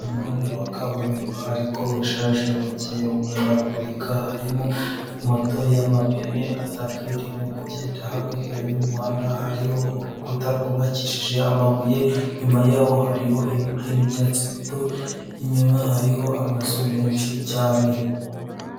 Umuhanda wa kaburimbo ariko ushaje wagiye umenagurika. Harimo moto y'amapine atatu irimo kugenda, hakurya y'umuhanda hariho urukuta rwubakishije amabuye, inyuma yaho hariho ibiti n'ibyatsi bito, inyuma hariho amazu menshi cyane.